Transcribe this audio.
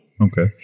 Okay